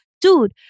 dude